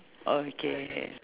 okay